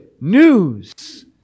news